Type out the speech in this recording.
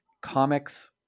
comics